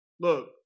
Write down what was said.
look